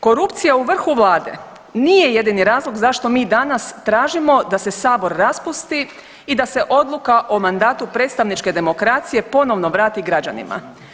Korupcija u vrhu Vlade nije jedini razlog zašto mi danas tražimo da se Sabor raspusti i da se odluka o mandatu predstavničke demokracije ponovno vrati građanima.